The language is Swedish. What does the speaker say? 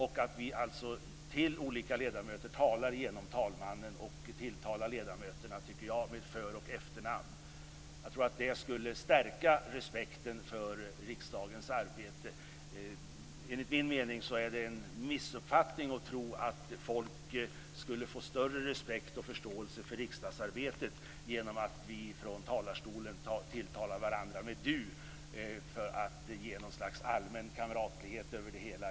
Vi bör tilltala andra ledamöter genom talmannen och använda för och efternamn. Jag tror att det skulle stärka respekten för riksdagens arbete. Enligt min mening är det en missuppfattning att folk skulle känna större respekt och förståelse för riksdagsarbetet, om vi från talarstolen tilltalar varandra med du och söker skapa ett slags allmän kamratlighet.